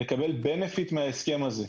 לקבל הטבות מההסכם הזה.